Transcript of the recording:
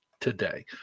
today